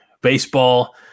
baseball